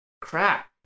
Crap